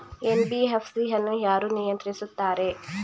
NBFC ಅನ್ನು ಯಾರು ನಿಯಂತ್ರಿಸುತ್ತಾರೆ?